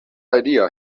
idea